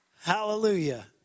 Hallelujah